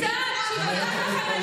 תלכי לשם,